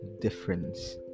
difference